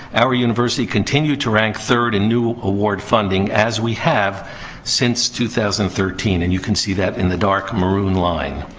our university continued to rank third in new award funding, as we have since two thousand and thirteen. and you can see that in the dark maroon line.